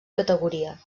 categoria